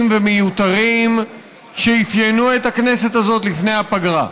ומיותרים שאפיינו את הכנסת הזאת לפני הפגרה.